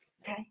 Okay